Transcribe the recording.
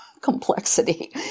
complexity